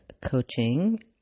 Coaching